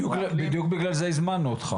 בדגש על ישראל.